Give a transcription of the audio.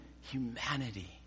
humanity